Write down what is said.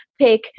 pick